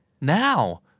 Now